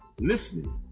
listening